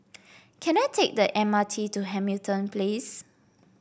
can I take the M R T to Hamilton Place